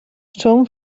són